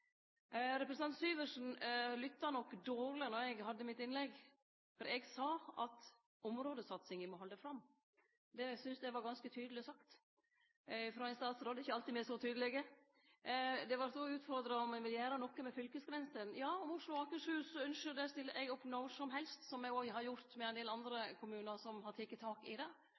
Representanten Syversen lytta nok dårleg då eg hadde mitt innlegg, for eg sa at områdesatsinga må halde fram. Det synest eg var ganske tydeleg sagt frå ein statsråd. Det er ikkje alltid me er så tydelege. Eg vart òg utfordra på om eg ville gjere noko med fylkesgrensa. Ja, om Oslo og Akershus ynskjer det, stiller eg opp når som helst, som eg òg har gjort med ein del andre kommunar som har teke tak i det.